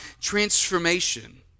transformation